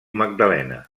magdalena